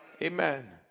Amen